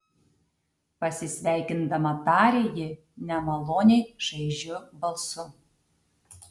pasisveikindama tarė ji nemaloniai šaižiu balsu